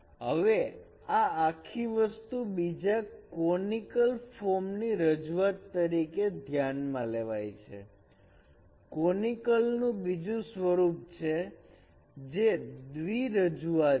હવે આ આખી વસ્તુ બીજા કોનિકલ ફોર્મની રજૂઆત તરીકે ધ્યાન માં લેવાય છે કોનિકલ નું બીજું સ્વરૂપ છે જે દ્વિ રજૂઆત છે